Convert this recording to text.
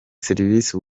serivisi